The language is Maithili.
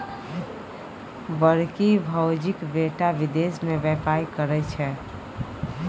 बड़की भौजीक बेटा विदेश मे बेपार करय छै